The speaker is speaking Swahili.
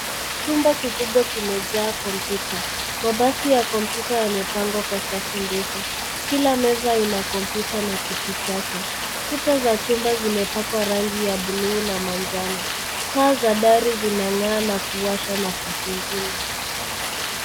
Chumba kikubwa kimejaa kompyuta. Mabasi ya kompyuta yamepangwa kwa safu ndefu. Kila meza ina kompyuta na kiti chake. Kuta za chumba zimepakwa rangi ya buluu na manjano. Taa za dari zinang'aa na kuwasha nafasi nzima.